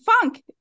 funk